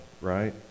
right